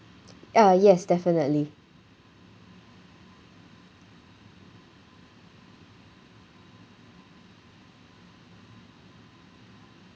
uh yes definitely